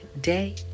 day